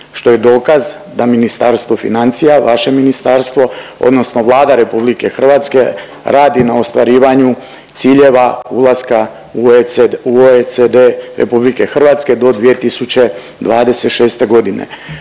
što je dokaz da ministarstvo financija, vaše ministarstvo odnosno Vlada RH radi na ostvarivanju ciljeva ulaska u OECD RH do 2026. godine.